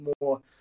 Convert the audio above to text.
more